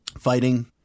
fighting